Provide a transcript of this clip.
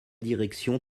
direction